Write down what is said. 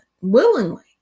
willingly